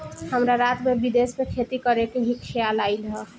हमरा रात में विदेश में खेती करे के खेआल आइल ह